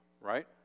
right